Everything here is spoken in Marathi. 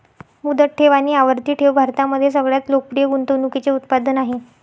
मुदत ठेव आणि आवर्ती ठेव भारतामध्ये सगळ्यात लोकप्रिय गुंतवणूकीचे उत्पादन आहे